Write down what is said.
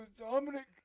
Dominic